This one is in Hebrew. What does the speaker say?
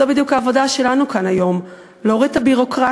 וזו בדיוק העבודה שלנו כאן היום: להוריד את הביורוקרטיה,